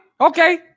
Okay